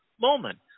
moment